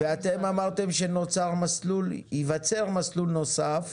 ואתם אמרתם שייווצר מסלול נוסף.